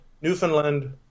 Newfoundland